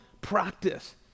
practice